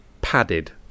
padded